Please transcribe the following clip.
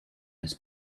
his